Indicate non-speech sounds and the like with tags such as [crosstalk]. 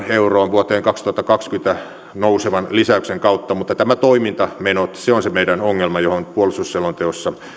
[unintelligible] euroon vuoteen kaksituhattakaksikymmentä mennessä nousevan lisäyksen kautta mutta nämä toimintamenot ovat se meidän ongelma johon puolustusselonteossa